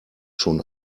schon